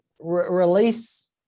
release